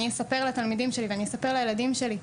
אני אספר לתלמידים שלי ואני אספר לילדים שלי,